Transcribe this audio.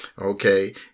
Okay